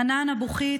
חנאן אבו חיט,